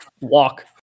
walk